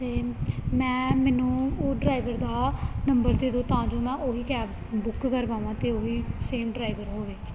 ਅਤੇ ਮੈਂ ਮੈਨੂੰ ਉਹ ਡਰਾਈਵਰ ਦਾ ਨੰਬਰ ਦੇ ਦਿਓ ਤਾਂ ਜੋ ਮੈਂ ਉਹ ਹੀ ਕੈਬ ਬੁੱਕ ਕਰਵਾਵਾਂ ਅਤੇ ਉਹ ਹੀ ਸੇਮ ਡਰਾਈਵਰ ਹੋਵੇ